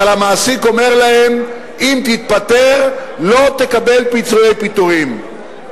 המעסיק אומר להם: אם תתפטר לא תקבל פיצויי פיטורים.